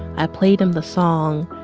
i played him the song,